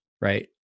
right